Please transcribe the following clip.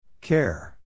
Care